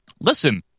Listen